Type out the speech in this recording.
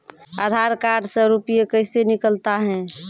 आधार कार्ड से रुपये कैसे निकलता हैं?